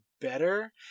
better